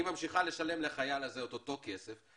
ממשיכה לשלם לחייל הזה את אותו כסף.